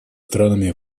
странами